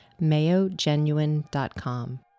mayogenuine.com